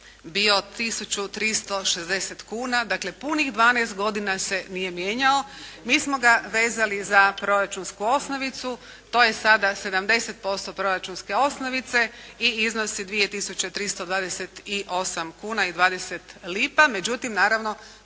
360 kuna. Dakle, punih 12 godina se nije mijenjao. Mi smo ga vezali za proračunsku osnovnicu. To je sada 70% proračunske osnovice i iznosi 2 tisuće 328 kuna i 20 lipa. Međutim, naravno